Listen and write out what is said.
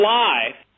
life